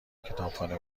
کتابخانه